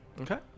Okay